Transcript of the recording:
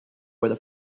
where